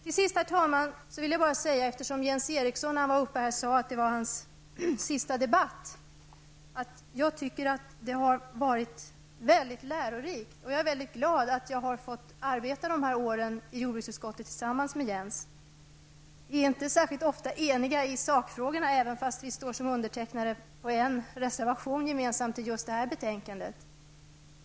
Herr talman! Eftersom Jens Eriksson sade att detta är hans sista debatt, vill jag framföra att jag tycker att denna tid har varit lärorik. Jag är glad för att jag har fått arbeta dessa år i jordbruksutskottet tillsammans med Jens Eriksson. Vi är inte särskilt ofta eniga i sakfrågorna, även om vi står som gemensamma undertecknare på en reservation i just detta betänkande.